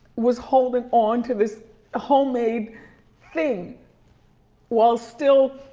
was holding onto this homemade thing while still